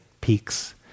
peaks